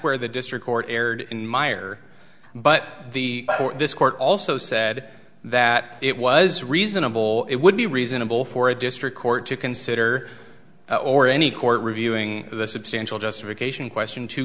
where the district court erred in myer but the this court also said that it was reasonable it would be reasonable for a district court to consider or any court reviewing the substantial justification question to